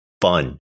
fun